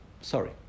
Sorry